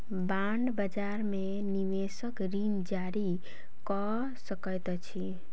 bond बजार में निवेशक ऋण जारी कअ सकैत अछि